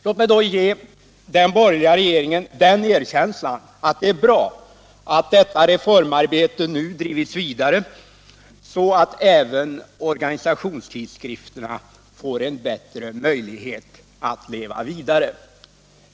Låt mig ge den borgerliga regeringen det erkännandet att det är bra att detta reformarbete nu fortsatts, så att även organisationstidskrifterna får bättre möjligheter att leva vidare.